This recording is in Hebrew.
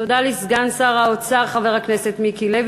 תודה לסגן שר האוצר, חבר הכנסת מיקי לוי.